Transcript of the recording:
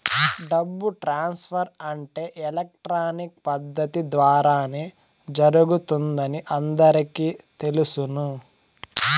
డబ్బు ట్రాన్స్ఫర్ అంటే ఎలక్ట్రానిక్ పద్దతి ద్వారానే జరుగుతుందని అందరికీ తెలుసును